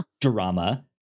drama